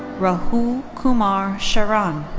rahul kumar sharan.